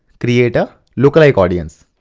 create a look-alike audience.